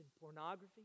pornography